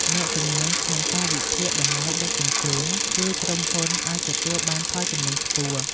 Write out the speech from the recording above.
អ្នកជំនាញខាងការវិភាគតម្លៃដឹកជញ្ជូន ជួយក្រុមហ៊ុនឱ្យទទួលបានផលចំណេញខ្ពស់បំផុត។